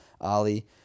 Ali